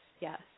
yes